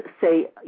say